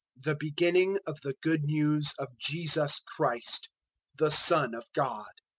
the beginning of the good news of jesus christ the son of god.